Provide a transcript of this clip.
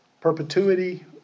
perpetuity